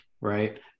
right